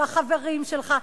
והחברים שלך,